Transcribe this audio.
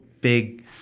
big –